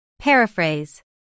Paraphrase